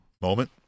moment